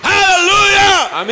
Hallelujah